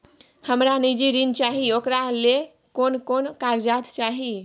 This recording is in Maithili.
हमरा निजी ऋण चाही ओकरा ले कोन कोन कागजात चाही?